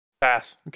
Pass